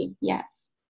Yes